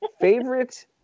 Favorite